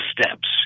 steps